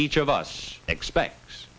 each of us expects